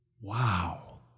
Wow